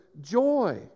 joy